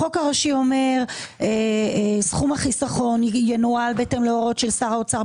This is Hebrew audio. החוק הראשי אומר: "סכום החיסכון ינוהל בהתאם להוראות של שר האוצר,